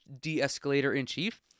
de-escalator-in-chief